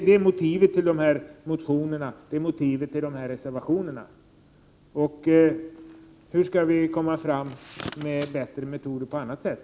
Det är motivet till motionerna och reservationerna. Hur skall vi, Åke Selberg, kunna få fram bättre metoder på annat sätt?